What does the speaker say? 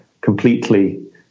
completely